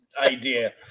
idea